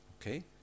Okay